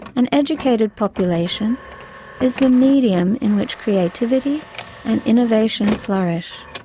an educated population is the medium in which creativity and innovation flourish,